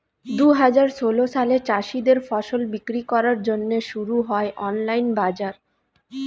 দুহাজার ষোল সালে চাষীদের ফসল বিক্রি করার জন্যে শুরু হয় অনলাইন বাজার